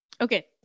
Okay